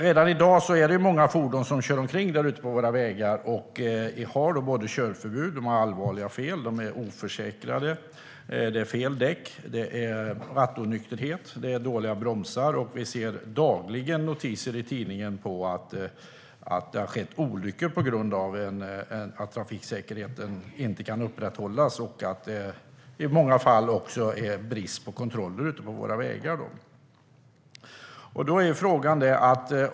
Redan i dag är det många fordon som körs omkring ute på våra vägar och har både körförbud och allvarliga fel. De är oförsäkrade, och det är fel däck, rattonykterhet och dåliga bromsar. Vi ser dagligen notiser i tidningen om att det har skett olyckor på grund av att trafiksäkerheten inte kan upprätthållas och, i många fall, även på grund av att det är brist på kontroller ute på våra vägar.